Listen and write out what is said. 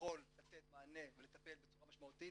שיכול לתת מענה ולטפל בצורה משמעותית,